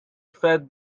fed